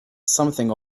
something